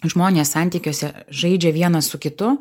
žmonės santykiuose žaidžia vienas su kitu